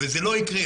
וזה לא יקרה.